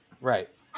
Right